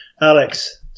Alex